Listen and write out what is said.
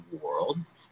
world